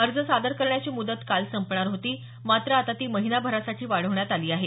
अर्ज सादर करण्याची मुदत काल संपणार होती मात्र आता ती महिनाभरासाठी वाढवण्यात आली आहे